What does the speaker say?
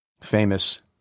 famous